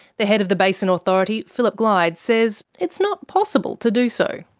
the head of the basin authority, phillip glyde, says it's not possible to do so.